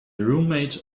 roommate